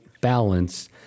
balance